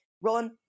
Roland